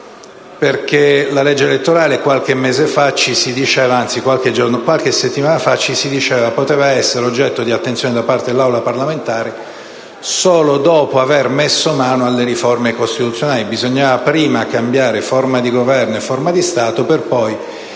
la legge elettorale. Qualche settimana fa, infatti, ci si diceva che la legge elettorale poteva essere oggetto di attenzione da parte dell'Aula parlamentare solo dopo avere messo mano alle riforme costituzionali; bisognava prima cambiare forma di governo e forma di Stato per poi